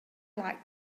like